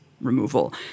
removal